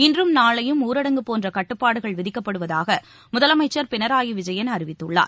இன்றும் நாளையும் ஊரடங்கு போன்ற கட்டுப்பாடுகள் விதிக்கப்படுவதாக முதலமைச்சர் பினராயி விஜயன் அறிவித்துள்ளார்